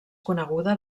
coneguda